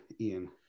Ian